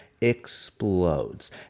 explodes